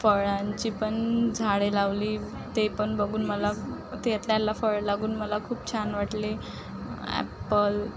फळांची पण झाडे लावली ते पण बघून मला ते त्याला फळ लागून मला खूप छान वाटले ॲपल